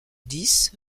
dix